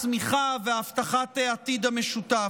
צמיחה והבטחת העתיד המשותף.